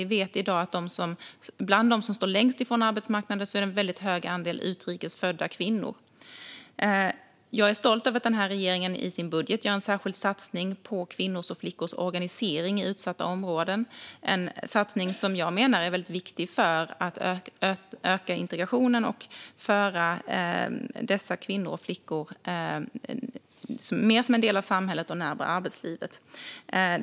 Vi vet att av dem som i dag står längst från arbetsmarknaden är en väldigt hög andel utrikes födda kvinnor. Jag är stolt över att regeringen i sin budget gör en särskild satsning på kvinnors och flickors organisering i utsatta områden, en satsning som jag menar är väldigt viktig för att öka integrationen och föra dessa kvinnor och flickor närmare samhället och arbetslivet.